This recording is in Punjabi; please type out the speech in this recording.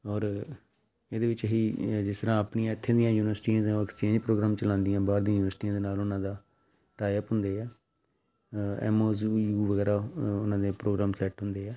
ਔਰ ਇਹਦੇ ਵਿੱਚ ਅਸੀਂ ਜਿਸ ਤਰ੍ਹਾਂ ਆਪਣੀਆਂ ਇੱਥੇ ਦੀਆਂ ਯੂਨੀਵਰਸਿਟੀਆਂ ਦਾ ਐਕਸਚੇਂਜ ਪ੍ਰੋਗਰਾਮ ਚਲਾਉਂਦੀਆਂ ਬਾਹਰ ਦੀਆਂ ਯੂਨੀਵਰਸਿਟੀਆਂ ਦੇ ਨਾਲ ਉਹਨਾਂ ਦਾ ਟਾਏ ਅਪ ਹੁੰਦੇ ਹੈ ਐੱਮ ਓ ਜ਼ੂ ਯੂ ਵਗੈਰਾ ਉਹਨਾਂ ਦੇ ਪ੍ਰੋਗਰਾਮ ਸੈੱਟ ਹੁੰਦੇ ਆ